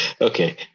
Okay